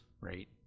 right